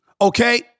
okay